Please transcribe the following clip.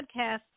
podcast